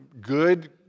good